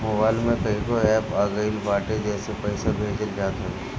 mobile में कईगो app आ गईल बाटे जेसे पईसा भेजल जात हवे